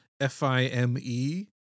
F-I-M-E